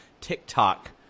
TikTok